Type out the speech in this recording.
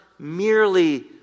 merely